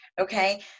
okay